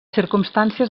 circumstàncies